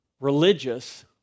religious